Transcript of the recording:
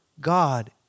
God